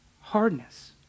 hardness